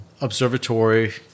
observatory